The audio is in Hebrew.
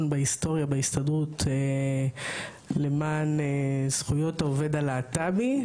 בהיסטוריה בהסתדרות למען זכויות העובד הלהט"בי,